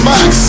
Max